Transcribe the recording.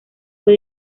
fue